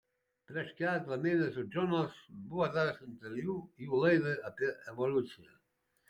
prieš keletą mėnesių džonas buvo davęs interviu jų laidai apie evoliuciją